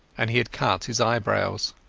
and he had cut his eyebrows.